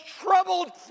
troubled